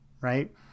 right